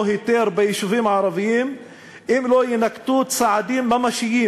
היתר ביישובים הערביים אם לא יינקטו צעדים ממשיים